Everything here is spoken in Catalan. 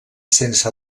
sense